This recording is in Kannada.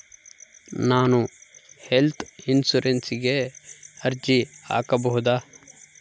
ನಾನು ಹೆಲ್ತ್ ಇನ್ಶೂರೆನ್ಸಿಗೆ ಅರ್ಜಿ ಹಾಕಬಹುದಾ?